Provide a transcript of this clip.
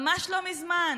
ממש לא מזמן.